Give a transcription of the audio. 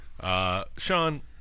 Sean